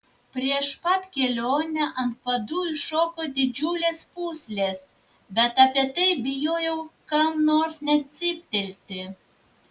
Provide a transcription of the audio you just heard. prieš pat kelionę ant padų iššoko didžiulės pūslės bet apie tai bijojau kam nors net cyptelti